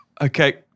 Okay